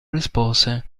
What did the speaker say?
rispose